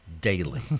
daily